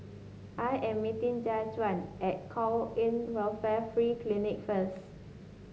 I am meeting Jajuan at Kwan In Welfare Free Clinic first